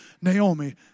Naomi